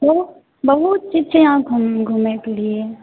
बहुत चीज छै यहाँ घूमएके लिए